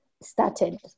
started